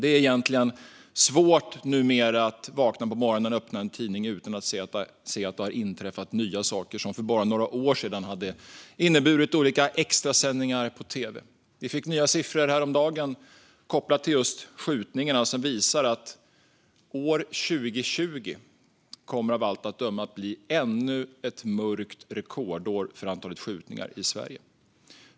Det är egentligen svårt numera att vakna på morgonen och öppna en tidning utan att se att det har inträffat nya saker som för bara några år sedan hade inneburit olika extrasändningar på tv. Häromdagen fick vi nya siffror som visar att år 2020 av allt att döma kommer att bli ännu ett mörkt rekordår när det gäller antalet skjutningar i Sverige.